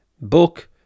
Book